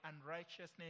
unrighteousness